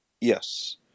Yes